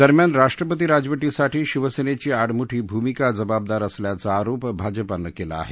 दरम्यान राष्ट्रपती राजवटीसाठी शिवसेनेची आडमुठी भूमिका जबाबदार असल्याचा आरोप भाजपानं केला आहे